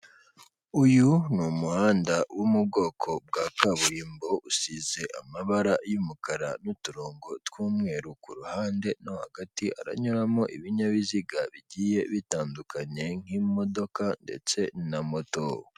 Uyu ni umuhanda wo mu bwoko bwa kaburimbo usize amabara y'umukara n'uturongo tw'umweru kuruhande no hagati haranyuramo ibinyabiziga bigiye bitandukanye nk'imodoka ndetse na moto.